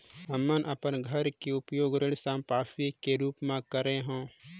हमन अपन घर के उपयोग ऋण संपार्श्विक के रूप म करे हों